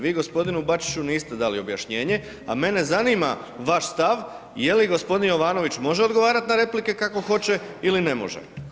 Vi gospodinu Bačiću niste dali objašnjenje a mene zanima vaš stav je li gospodin Jovanović može odgovarati na replike kako hoće ili ne može.